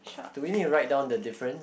do we need to write down the difference